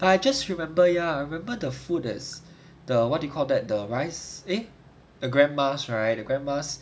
I just remember ya I remember the food that's the what do you call that the rice the grandma's right the grandma's